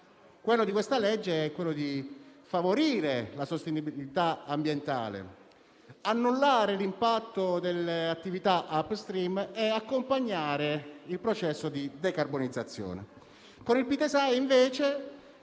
quello della legge in questione è di favorire la sostenibilità ambientale, annullare l'impatto delle attività *upstream* e accompagnare il processo di decarbonizzazione.